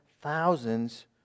thousands